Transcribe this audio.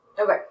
Okay